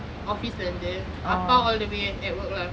office லே இருந்து அப்பா:le irunthu appa all the way at work lah